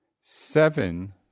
Seven